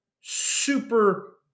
super